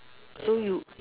so you